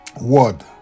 word